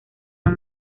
han